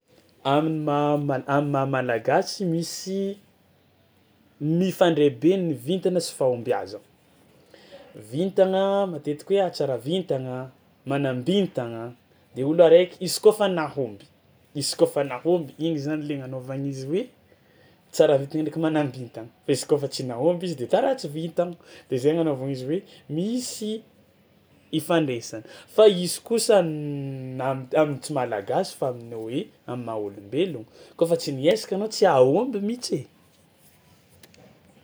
Am'maha-ma- am'maha-malagasy misy mifandray be ny vintana sy fahombiazana, vintagna matetika hoe: ah, tsara vintagna, manam-bintagna de ôlo araiky izy kaofa nahomby izy kaofa nahomby igny zany le agnanaovagna izy hoe tsara vintana ndraiky manam- bintagna fa izy kaofa tsy nahomby izy de ta ratsy vintagna de zay agnanaovagna izy hoe misy ifandraisany fa izy kosa na am- am'tsy malagasy fa amin'ny hoe am'maha-ôlombelogno kaofa tsy miezaka anao tsy hahomby mihitsy e.